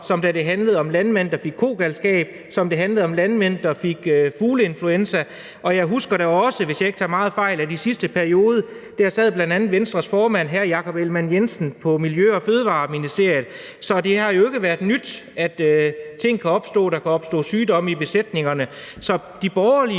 når det har handlet om landmænd, hvis besætninger fik kogalskab, eller når det har handlet om landmænd, hvis besætninger fik fugleinfluenza? Jeg husker da også, hvis jeg ikke tager meget fejl, at i sidste periode sad bl.a. Venstres formand, hr. Jacob Ellemann Jensen, på Miljø- og Fødevareministeriet, så det har jo ikke været nyt, at ting kan opstå, og at der kan opstå sygdomme i besætningerne. Så de borgerlige